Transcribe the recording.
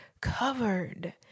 covered